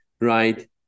right